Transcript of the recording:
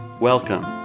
Welcome